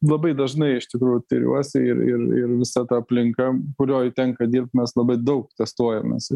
labai dažnai iš tikrųjų tiriuosi ir ir ir visa ta aplinka kurioj tenka dirbt mes labai daug testuojamės